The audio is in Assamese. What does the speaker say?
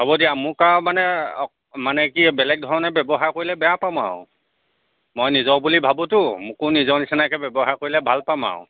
হ'ব দিয়া মোক আৰু মানে অক মানে কি বেলেগ ধৰণে ব্যৱহাৰ কৰিলে বেয়া পাম আৰু মই নিজৰ বুলি ভাবোঁতো মোকো নিজৰ নিচিনাকৈ ব্যৱহাৰ কৰিলে ভাল পাম আৰু